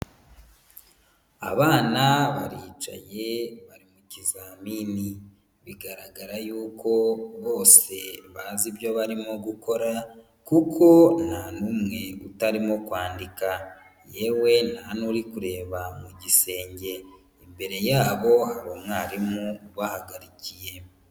Abana baricaye bari mu kizamini, bigaragara yuko bose bazi ibyo barimo gukora kuko nta n'umwe utarimo kwandika, yewe nta n'uri kureba mu gisenge, imbere yabo hari umwarimu ubahagarikiye.